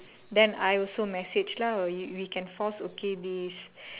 then I also message lah we can force okay this